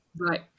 Right